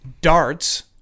darts